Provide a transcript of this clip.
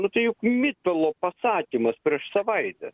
nu tai juk mitalo pasakymas prieš savaitę